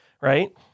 Right